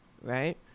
right